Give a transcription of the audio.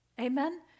Amen